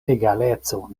egaleco